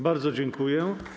Bardzo dziękuję.